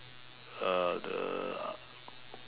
uh the